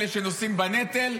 אלה שנושאים בנטל,